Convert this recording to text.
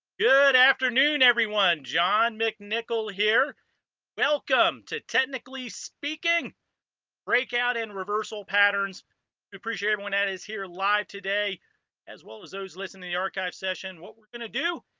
good afternoon everyone john mcnichol here welcome to technically speaking break out in reversal patterns appreciate everyone that is here live today as well as those listening in the archive session what we're gonna do